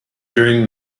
during